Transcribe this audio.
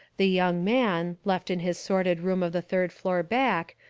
the young man, left in his sordid room of the third floor back,